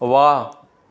वाह